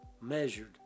measured